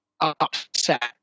upset